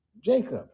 Jacob